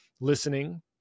listening